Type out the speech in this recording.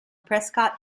prescott